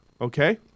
okay